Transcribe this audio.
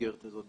במסגרת הזאת.